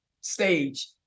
stage